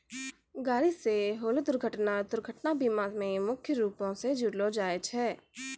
गाड़ी से होलो दुर्घटना दुर्घटना बीमा मे मुख्य रूपो से जोड़लो जाय छै